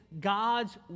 God's